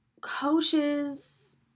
coaches